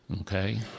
okay